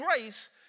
grace